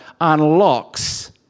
unlocks